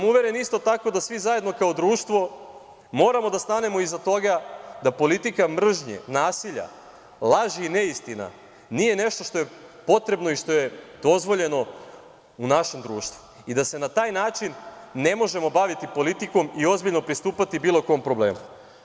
Uveren sam isto tako da svi zajedno kao društvo moramo da stanemo iza toga da politika mržnje, nasilja, laži i neistina nije nešto što je potrebno i što je dozvoljeno u našem društvu i da se na taj način ne možemo baviti politikom i ozbiljno pristupati bilo kom problemu.